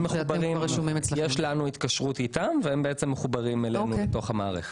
יש לנו התקשרות איתם והם בעצם מחוברים אלינו במערכת.